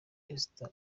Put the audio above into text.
esther